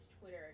Twitter